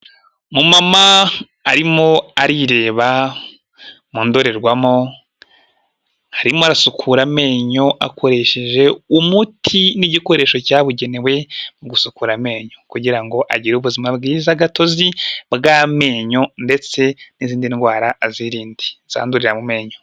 Umumama arimo arireba mu ndorerwamo, arimo arasukura amenyo akoresheje umuti n'igikoresho cyabugenewe mu gusukura amenyo, kugira ngo agire ubuzima bwiza gatotozi bw'amenyo, ndetse n'izindi ndwara azirinde zandurira mu menyo.